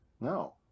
No